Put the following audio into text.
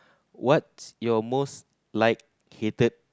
what's your most liked hated